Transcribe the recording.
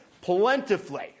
plentifully